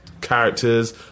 characters